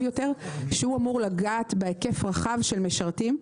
יותר שהוא אמור לגעת בהיקף רחב של משרתים,